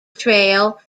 trail